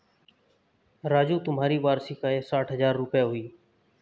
राजू तुम्हारी वार्षिक आय साठ हज़ार रूपय हुई